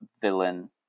villain